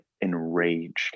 enraged